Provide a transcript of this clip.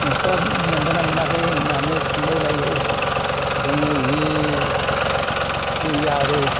नोंस्रा मोन्दोंना मोनाखै होन्नानै सोंलाय लायो जोङो जि दै गारो